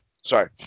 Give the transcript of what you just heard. Sorry